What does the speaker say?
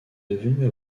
devenu